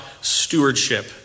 stewardship